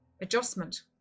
adjustment